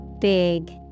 Big